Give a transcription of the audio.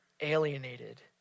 alienated